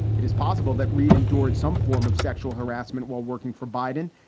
it is possible that reed endured some form of sexual harassment while working for biden.